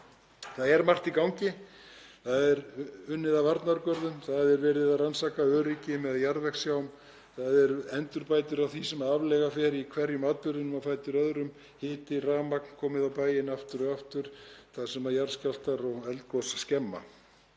Það er margt í gangi. Það er unnið að varnargörðum. Það er verið að rannsaka öryggi með jarðvegssjám. Það eru endurbætur á því sem aflaga fer í hverjum atburðinum á fætur öðrum, hita og rafmagni komið á bæinn aftur og aftur þar sem jarðskjálftar og eldgos skemma.